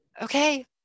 Okay